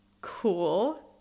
cool